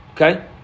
Okay